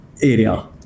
area